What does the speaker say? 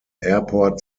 airport